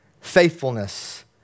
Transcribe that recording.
faithfulness